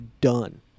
done